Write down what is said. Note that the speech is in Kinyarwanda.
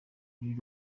lil